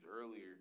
earlier